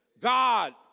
God